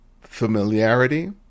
familiarity